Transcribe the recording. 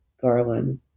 Garland